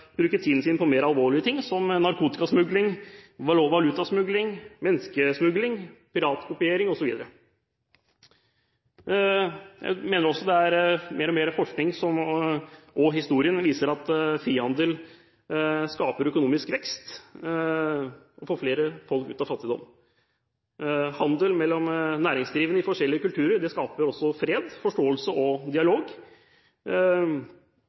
tiden sin på mer alvorlige ting som narkotikasmugling, valutasmugling, menneskesmuglig, piratkopiering osv. Jeg mener også at mer forskning – og historien – viser at frihandel skaper økonomisk vekst og får flere folk ut av fattigdom. Handel mellom næringsdrivende i forskjellige kulturer skaper også fred, forståelse og dialog